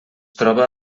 troba